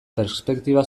perspektiba